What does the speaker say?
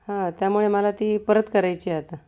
हां त्यामुळे मला ती परत करायची आहे आता